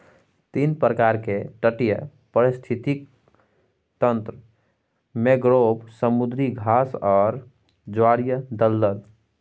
तीन प्रकार के तटीय पारिस्थितिक तंत्र मैंग्रोव, समुद्री घास आर ज्वारीय दलदल